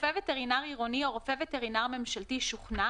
רופא וטרינר עירוני או רופא וטרינר ממשלתי שוכנע,